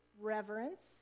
reverence